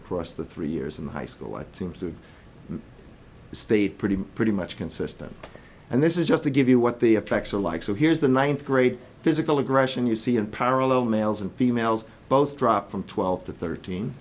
across the three years in the high school it seems to stay pretty pretty much consistent and this is just to give you what the effects are like so here's the ninth grade physical aggression you see in parallel males and females both drop from twelve to thirteen